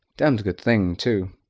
demmed good thing, too.